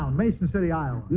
mason city. ah